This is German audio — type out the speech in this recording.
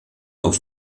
auf